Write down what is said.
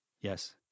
Yes